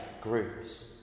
groups